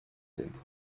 sind